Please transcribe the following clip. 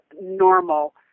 normal